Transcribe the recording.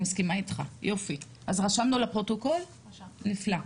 אני מסכימה איתך, אז רשמנו לפרוטוקול, נפלא.